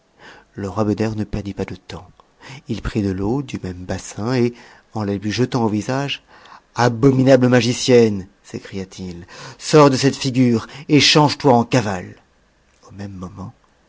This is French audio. le roi beder ne perdit pas de temps il prit de t'eauduméme bassin et en la lui jetant au visage abominable magicienne sëcria t it sors de cette figure et change toi en cavale n au même moment